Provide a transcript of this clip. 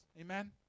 Amen